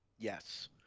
Yes